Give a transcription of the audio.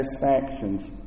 satisfactions